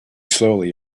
slowly